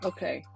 Okay